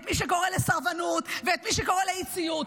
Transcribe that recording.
את מי שקורא לסרבנות ואת מי שקורא לאי-ציות.